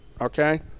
okay